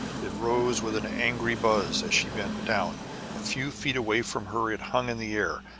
it rose with an angry buzz as she bent down a few feet away from her it hung in the air,